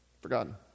Forgotten